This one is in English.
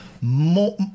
More